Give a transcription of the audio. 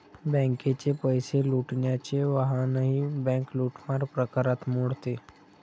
बँकेचे पैसे लुटण्याचे वाहनही बँक लूटमार प्रकारात मोडते